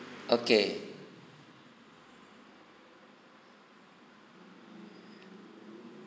okay